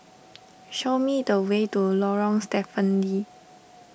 show me the way to Lorong Stephen Lee